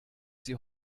sie